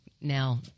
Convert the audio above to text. now